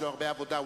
יש לו הרבה עבודה.